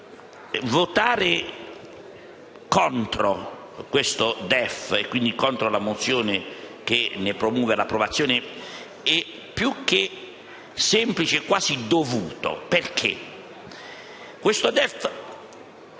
votare contro questo DEF e contro la mozione che ne promuove l'approvazione, più che semplice, è quasi dovuto. Questo